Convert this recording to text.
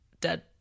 dead